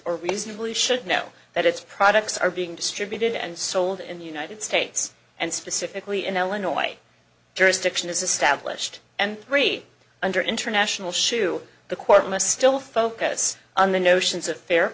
or reasonably should know that its products are being distributed and sold in the united states and specifically in illinois jurisdiction is established and free under international shoe the court must still focus on the notions of fair